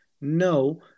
No